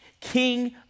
king